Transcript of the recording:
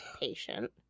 patient